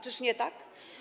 Czyż nie tak?